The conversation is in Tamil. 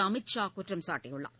அமித் ஷா குற்றம் சாட்டியுள்ளார்